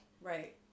Right